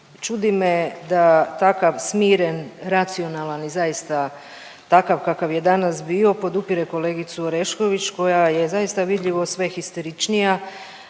čudi me da takav smiren, racionalan i zaista takav kakav je danas bio podupire kolegicu Orešković koja je zaista vidljivo sve histeričnija,